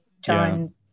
John